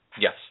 Yes